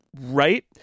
Right